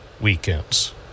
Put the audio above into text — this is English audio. weekends